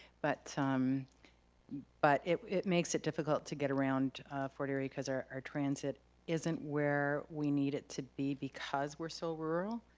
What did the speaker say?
but but it it makes it difficult to get around fort erie cause our our transit isn't where we need it to be because we're so rural.